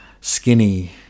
skinny